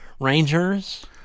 Rangers